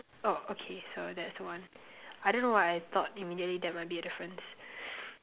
oh okay so that's one I don't know why I thought immediately there might be a difference